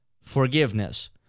forgiveness